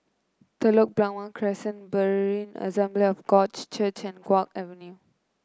Telok Blangah Crescent Berean Assembly of God Church and Guok Avenue